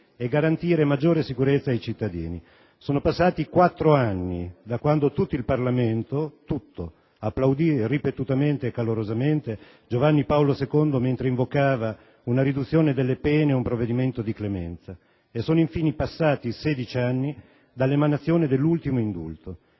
e garantire maggior sicurezza ai cittadini. Sono passati quattro anni da quando tutto il Parlamento - ripeto: tutto - applaudì ripetutamente e calorosamente Giovanni Paolo II mentre invocava una riduzione delle pene e un provvedimento di clemenza. E sono, infine, passati sedici anni dall'emanazione dell'ultimo indulto.